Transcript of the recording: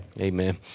Amen